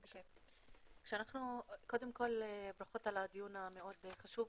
קודם כל ברכות על הדיון המאוד חשוב,